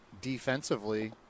defensively